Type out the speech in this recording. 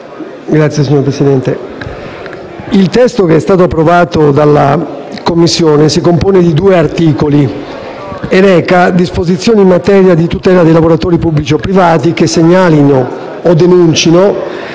*relatore*. Signor Presidente, il testo che è stato approvato dalla Commissione si compone di due articoli e reca disposizioni in materia di tutela dei lavoratori pubblici o privati che segnalino o denuncino